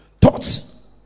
thoughts